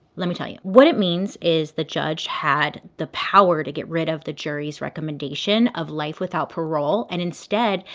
let me tell you. what that means is the judge had the power to get rid of the jurys recommendation of life without parole, and instead,